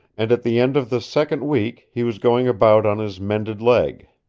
and at the end of the second week he was going about on his mended leg.